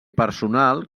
personal